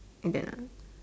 and then ah